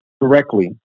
directly